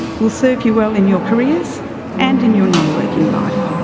will serve you well in your careers and in your non-working life.